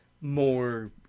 more